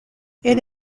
elle